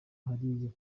hariya